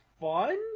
fun